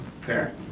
Fair